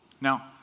Now